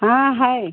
हाँ है